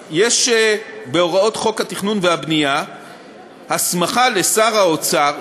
בהוראות חוק התכנון והבנייה יש הסמכה לשר האוצר